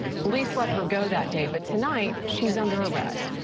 police let her go that day but tonight, she's under arrest,